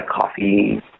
coffee